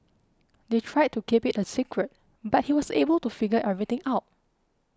they tried to keep it a secret but he was able to figure everything out